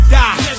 die